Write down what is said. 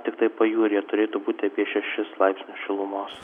tiktai pajūryje turėtų būti apie šešis laipsnius šilumos